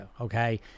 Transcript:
Okay